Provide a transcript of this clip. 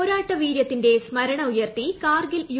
പോരാട്ട വീര്യത്തിന്റെ സ്മരണ ഉയർത്തി കാർഗിൽ വയസ്സ്